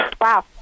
Wow